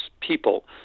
people